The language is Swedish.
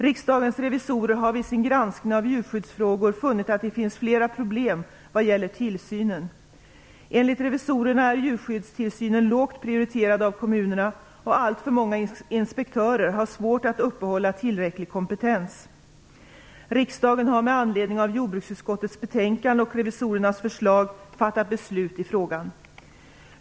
Riksdagens revisorer har vid sin granskning av djurskyddsfrågor funnit att det finns flera problem vad gäller tillsynen. Enligt revisorerna är djurskyddstillsynen lågt prioriterad av kommunerna, och alltför många inspektörer har svårt att uppehålla tillräcklig kompetens. Riksdagen har med anledning av jordbruksutskottets betänkande och revisorernas förslag fattat beslut i frågan.